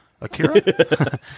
Akira